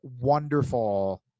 wonderful